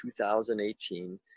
2018